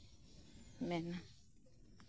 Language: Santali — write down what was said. ᱢᱮᱱᱟ